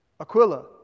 Aquila